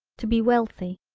to be wealthy,